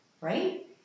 Right